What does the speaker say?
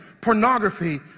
pornography